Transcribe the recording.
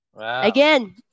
again